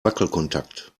wackelkontakt